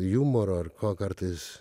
jumoro ar ko kartais